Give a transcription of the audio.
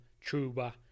Truba